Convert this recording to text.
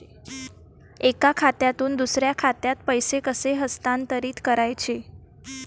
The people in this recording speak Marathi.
एका खात्यातून दुसऱ्या खात्यात पैसे कसे हस्तांतरित करायचे